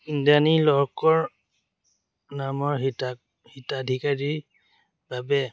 ইন্দ্ৰাণী লহকৰ নামৰ হিতা হিতাধিকাৰীৰ বাবে